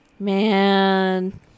man